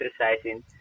exercising